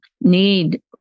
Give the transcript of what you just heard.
need